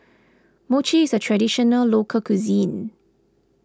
Mochi is a Traditional Local Cuisine